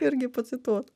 irgi pacituot